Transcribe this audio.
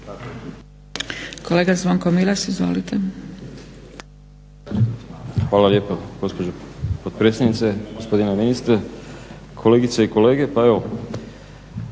**Milas, Zvonko (HDZ)** Hvala lijepa gospođo potpredsjednice, gospodine ministre, kolegice i kolege.